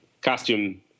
costume